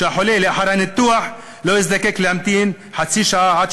שהחולה לאחר הניתוח לא יצטרך להמתין חצי שעה עד